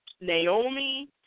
Naomi